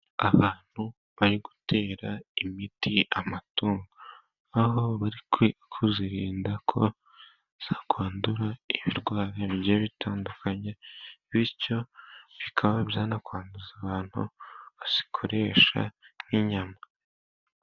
Abantu bari gutera imiti amatungo, aho bari kuzirinda ko zakwandura ibirwara bigiyee bitandukanye. Bityo bikaba byanakwanduza abantu bazikoresha nk'inyama.